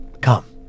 Come